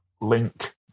Link